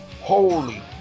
holy